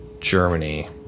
Germany